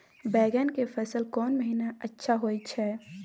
बैंगन के फसल कोन महिना अच्छा होय छै?